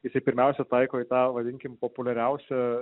jisai pirmiausia taiko į tą vadinkim populiariausią